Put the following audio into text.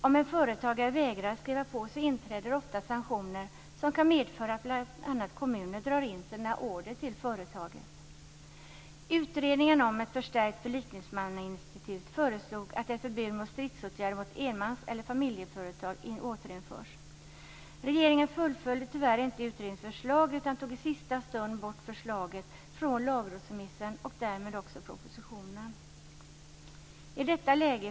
Om en företagare vägrar att skriva på inträder ofta sanktioner som kan medföra bl.a. att kommuner drar in sina order till företaget. Utredningen om ett förstärkt förlikningsmannainstitut föreslog att ett förbud mot stridsåtgärder mot enmans eller familjeföretag skulle återinföras. Regeringen fullföljde tyvärr inte utredningens förslag utan den tog i sista stund bort förslaget från lagrådsremissen och därmed också propositionen. Fru talman!